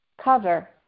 cover